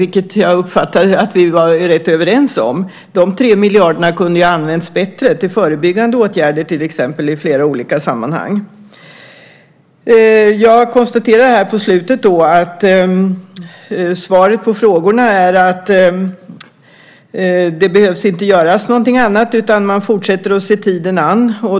Det uppfattade jag att vi var rätt överens om. De 3 miljarderna kunde ha använts bättre, till exempel till förebyggande åtgärder i flera olika sammanhang. Jag konstaterade på slutet att svaret på frågorna är att det inte behöver göras något annat utan att man fortsätter att se tiden an.